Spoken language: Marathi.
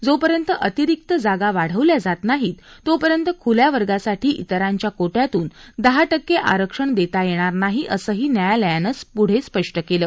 जोपर्यंत अतिरिक्त जागा वाढवल्या जात नाहीत तोपर्यंत खूल्या वर्गासाठी इतरांच्या कोट्यातून दहा टक्के आरक्षण देता येणार नाही असंही न्यायालयानं प्ढे स्पष्ट केलं